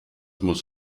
muss